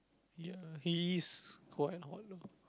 ya he is quite hot lah